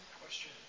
Question